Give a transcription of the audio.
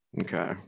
Okay